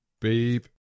Babe